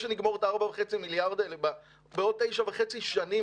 אחרי שנגמור את 4.5 המיליארד האלה בעוד תשע וחצי שנים.